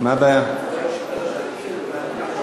אז ההצעה תועבר